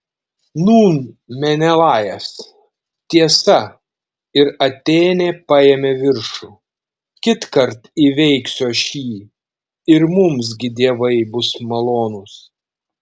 nūn menelajas tiesa ir atėnė paėmė viršų kitkart įveiksiu aš jį ir mums gi dievai bus malonūs